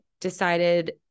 decided